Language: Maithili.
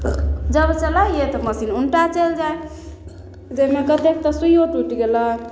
जब चलैए तऽ मशीन उनटा चलि जाइ जाहिमे कतेक तऽ सुइओ टुटि गेलै